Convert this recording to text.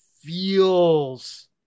feels